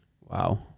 wow